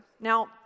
Now